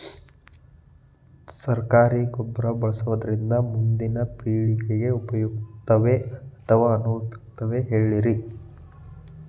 ಸರಕಾರಿ ಗೊಬ್ಬರ ಬಳಸುವುದರಿಂದ ಮುಂದಿನ ಪೇಳಿಗೆಗೆ ಉಪಯುಕ್ತವೇ ಅಥವಾ ಅನುಪಯುಕ್ತವೇ ಹೇಳಿರಿ